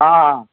ହଁ